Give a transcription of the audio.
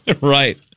right